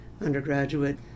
undergraduate